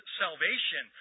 salvation